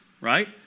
right